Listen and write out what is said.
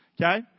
Okay